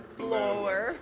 blower